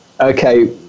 okay